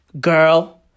girl